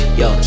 yo